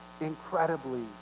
incredibly